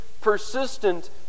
persistent